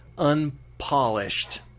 Unpolished